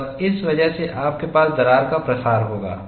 और इस वजह से आपके पास दरार का प्रसार होगा